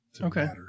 Okay